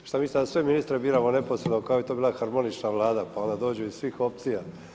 Šta mislite da sve ministra biramo neposredno, kakva bi to bila harmonična Vlada, pa onda dođu iz svih opcija.